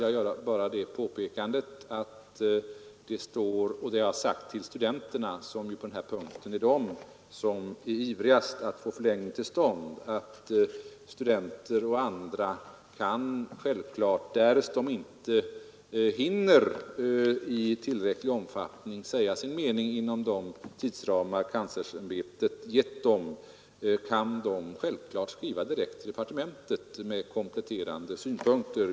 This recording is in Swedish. Jag har sagt till studenterna, som är ivrigast att få en förlängning till stånd, att studenter och andra som inte hinner säga sin mening inom de tidsramar som UKÄ har givit dem, självfallet kan skriva direkt till departementet och anföra kompletterande synpunkter.